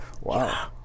wow